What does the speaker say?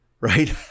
Right